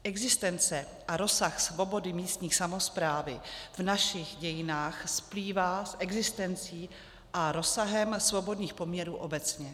Existence a rozsah svobody místní samosprávy v našich dějinách splývá s existencí a rozsahem svobodných poměrů obecně.